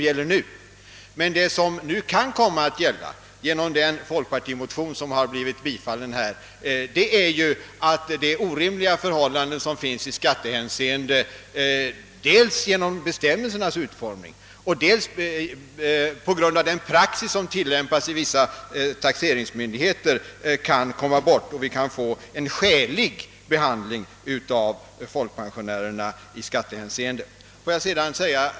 Vad som kan komma att hända genom den folkpartimotion som blivit tillstyrkt är att de orimliga förhållanden som råder i skattehänseende, dels på grund av bestämmelsernas utformning, dels på grund av den praxis som tillämpas av vissa taxeringsmyndigheter, kan undanröjas, så att vi kan åstadkomma en skälig behandling av folkpensionärerna i detta avseende.